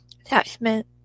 attachment